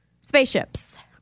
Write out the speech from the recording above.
spaceships